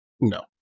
no